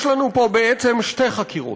יש לנו פה בעצם שתי חקירות.